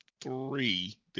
three